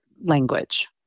language